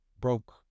broke